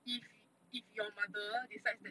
if y~ if your mother decides that